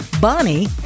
Bonnie